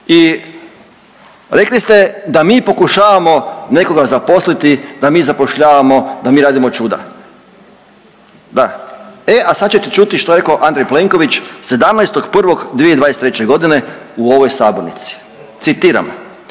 I rekli ste da mi pokušavamo nekoga zaposliti, da mi zapošljavamo, da mi radimo čuda. Da. E sada ćete čuti što je rekao Andrej Plenković 17. 01. 2023. godine u ovoj sabornici, citiram: